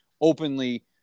openly